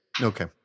okay